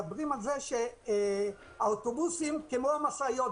מדברים על זה שהאוטובוסים כמו המשאיות,